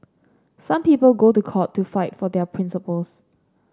some people go to court to fight for their principles